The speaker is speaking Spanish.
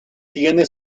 tiene